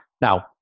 Now